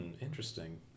interesting